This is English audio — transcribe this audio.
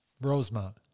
Rosemont